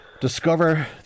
discover